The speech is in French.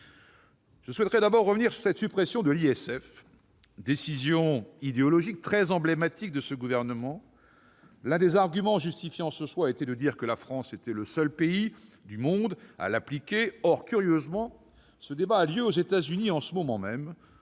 Je souhaite d'abord revenir sur la suppression de l'ISF, décision idéologique très emblématique de ce gouvernement. L'un des arguments justifiant ce choix était de dire que la France était le seul État du monde à appliquer cet impôt. Or, curieusement, un débat sur ce sujet a lieu aux États-Unis en ce moment même.